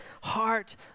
heart